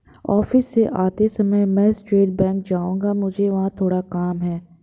office से आते समय मैं स्टेट बैंक जाऊँगी, मुझे वहाँ थोड़ा काम है